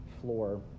floor